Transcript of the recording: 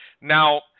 Now